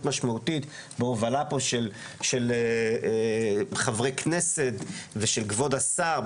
משמעותית בהובלה של חברי כנסת ושל כבוד השר.